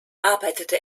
arbeitete